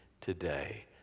today